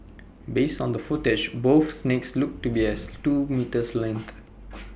based on the footage both snakes looked to be as at least two metres in length